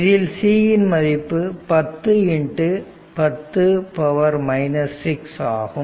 இதில் c இன் மதிப்பு 1010 6 ஆகும்